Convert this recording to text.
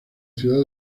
ciudad